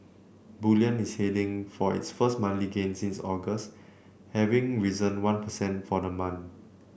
bullion is heading for its first monthly gain since August having risen one percent for the month